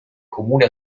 comune